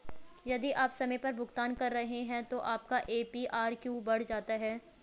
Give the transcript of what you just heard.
यदि आप समय पर भुगतान कर रहे हैं तो आपका ए.पी.आर क्यों बढ़ जाता है?